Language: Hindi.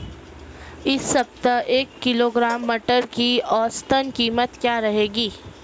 इस सप्ताह एक किलोग्राम मटर की औसतन कीमत क्या रहेगी?